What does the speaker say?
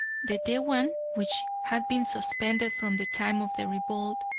the dewan, which had been suspended from the time of the revolt,